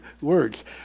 words